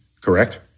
Correct